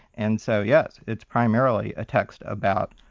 and so yes, it's primarily a text about,